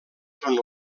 són